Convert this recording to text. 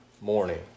morning